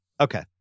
Okay